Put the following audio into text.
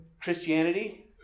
Christianity